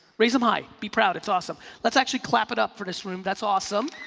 raise em high, be proud, it's awesome. let's actually clap it up for this room, that's awesome.